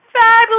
fabulous